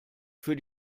für